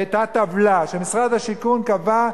היתה טבלה שמשרד השיכון קבע,